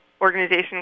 organization